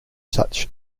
such